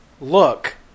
look